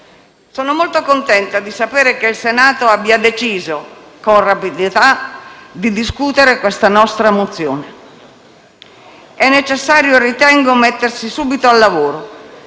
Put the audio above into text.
sono molto contenta di sapere che il Senato abbia deciso con rapidità di discutere questa nostra mozione. È necessario, ritengo, mettersi subito al lavoro,